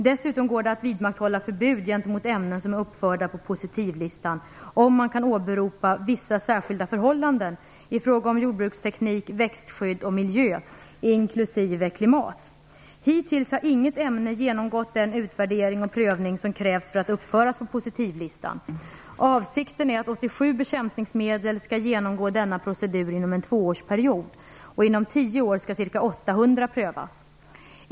Dessutom går det att vidmakthålla förbud gentemot ämnen som är uppförda på positivlistan om man kan åberopa vissa särskilda förhållanden i fråga om jordbruksteknik, växtskydd och miljö inklusive klimat. Hittills har inget ämne genomgått den utvärdering och prövning som krävs för att uppföras på positivlistan. Avsikten är att 87 bekämpningsmedel skall genomgå denna procedur inom en tvåårsperiod. Inom tio år skall ca 800 prövas.